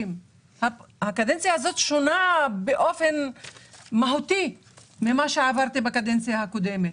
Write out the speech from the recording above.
הקדנציה הזו שונה באופן מהותי ממה שעברתי בקדנציה הקודמת.